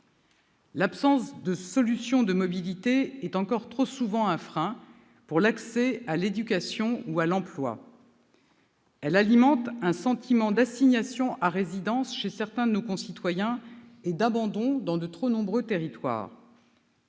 L'absence de solutions de mobilité est encore trop souvent un frein pour l'accès à l'éducation ou à l'emploi. Elle alimente un sentiment d'assignation à résidence chez certains de nos concitoyens et d'abandon dans de trop nombreux territoires.